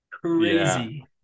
Crazy